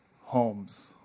Homes